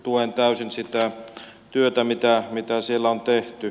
tuen täysin sitä työtä mitä siellä on tehty